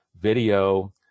video